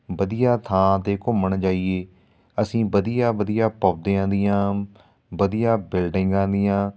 ਵਧੀਆ ਥਾਂ 'ਤੇ ਘੁੰਮਣ ਜਾਈਏ ਅਸੀਂ ਵਧੀਆ ਵਧੀਆ ਪੌਦਿਆਂ ਦੀਆਂ ਵਧੀਆ ਬਿਲਡਿੰਗਾਂ ਦੀਆਂ